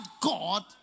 God